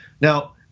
Now